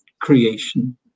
creation